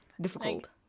difficult